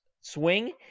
swing